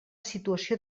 situació